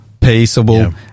peaceable